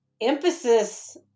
emphasis